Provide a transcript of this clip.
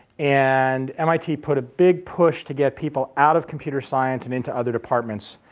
and mit put a big push to get people out of computer science and into other departments.